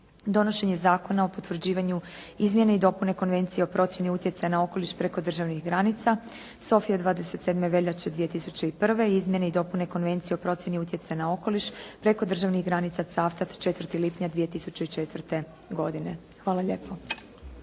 donošenje Zakona o potvrđivanju izmjene i dopune Konvencije o procjeni utjecaja na okoliš preko državnih granica Sofija 27. veljače 2001. i izmjene i dopune Konvencije o procjeni utjecaja na okoliš preko državnih granica Cavtat 4. lipnja 2004. godine. Hvala lijepo.